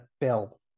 Bill